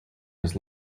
his